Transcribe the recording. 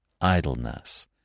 idleness